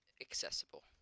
accessible